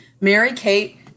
Mary-Kate